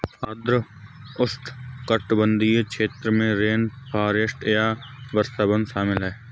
आर्द्र उष्णकटिबंधीय क्षेत्र में रेनफॉरेस्ट या वर्षावन शामिल हैं